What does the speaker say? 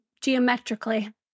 geometrically